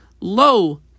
lo